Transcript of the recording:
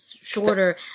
shorter